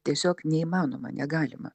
tiesiog neįmanoma negalima